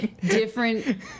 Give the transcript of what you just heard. Different